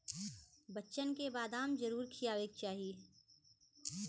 बच्चन के बदाम जरूर खियावे के चाही